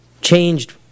changed